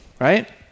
right